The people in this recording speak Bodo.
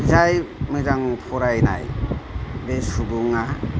जाय मोजां फरायनाय बे सुबुङा